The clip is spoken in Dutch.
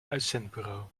uitzendbureau